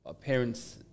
parents